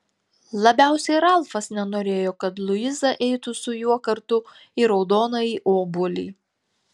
labiausiai ralfas nenorėjo kad luiza eitų su juo kartu į raudonąjį obuolį